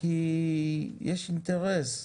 כי יש אינטרס,